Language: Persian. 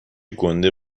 گنده